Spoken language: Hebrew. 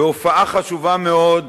בהופעה חשובה מאוד,